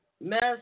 mess